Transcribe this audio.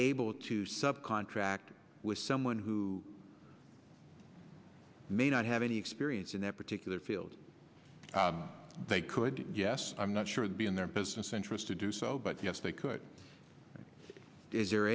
able to subcontract with someone who may not have any experience in that particular field they could yes i'm not sure that be in their business interest to do so but yes they could is there